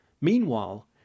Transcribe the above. Meanwhile